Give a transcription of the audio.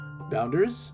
Bounders